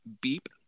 beep